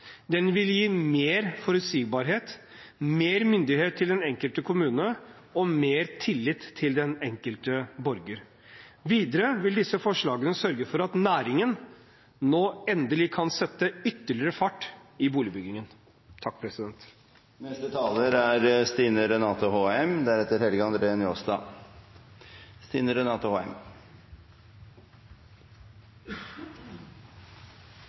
den enkelte kommune og mer tillit til den enkelte borger. Videre vil disse forslagene sørge for at næringen endelig kan sette ytterligere fart i boligbyggingen. Vi må bygge flere boliger, for selv om boligbyggingen har tatt seg opp de seneste årene, er